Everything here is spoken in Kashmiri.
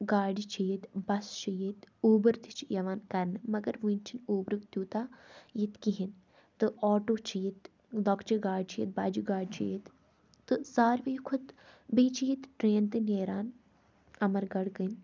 گاڑِ چھِ ییٚتہِ بَس چھِ ییٚتہِ اوبٕر تہِ چھِ یِوان کَرنہٕ مگر وٕنہِ چھِنہٕ اوبرُک تیوٗتاہ ییٚتہِ کِہیٖنۍ تہٕ آٹو چھِ ییٚتہِ لۄکچہِ گاڑِ چھِ ییٚتہِ بَجہِ گاڑِ چھِ ییٚتہِ تہٕ ساروی کھۄتہٕ بیٚیہِ چھِ ییٚتہِ ٹرٛین تہِ نیران اَمر گَڑھ کَنۍ